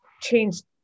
changed